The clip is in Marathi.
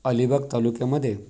अलिबाग तालुक्यामध्ये